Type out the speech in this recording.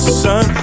sun